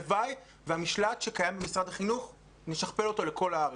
הלוואי ונשכפל את המשל"ט שקיים במשרד החינוך לכל הארץ.